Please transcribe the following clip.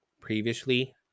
previously